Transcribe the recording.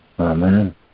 Amen